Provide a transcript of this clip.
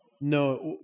No